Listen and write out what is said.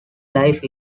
life